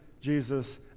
Jesus